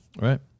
Right